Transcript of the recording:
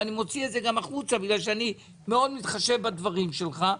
ואני מוציא את זה גם החוצה בגלל שאני מאוד מתחשב בדברים שלך.